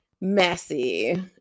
messy